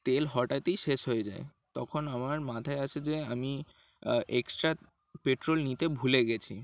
তেল হঠাৎই শেষ হয়ে যায় তখন আমার মাথায় আসে যে আমি এক্সট্রা পেট্রোল নিতে ভুলে গিয়েছি